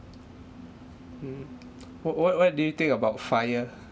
hmm what what what do you think about FIRE